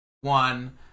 one